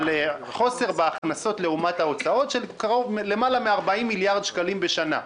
על חוסר בהכנסות לעומת ההוצאות של יותר מ-40 מיליארד שקלים בשנה.